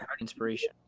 inspiration